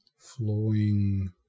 flowing